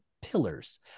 pillars